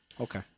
Okay